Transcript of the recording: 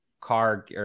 car